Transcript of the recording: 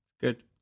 Good